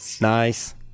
Nice